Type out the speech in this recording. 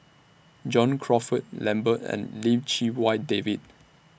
John Crawfurd Lambert and Lim Chee Wai David